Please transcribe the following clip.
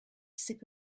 sip